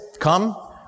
come